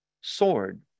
sword